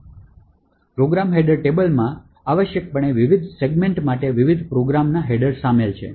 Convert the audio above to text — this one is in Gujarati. તેથી પ્રોગ્રામ હેડર ટેબલમાં આવશ્યકપણે વિવિધ સેગમેન્ટ્સ માટે વિવિધ પ્રોગ્રામ્સ હેડર શામેલ છે